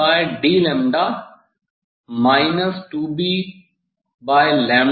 dd 2B3 के बराबर है